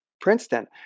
Princeton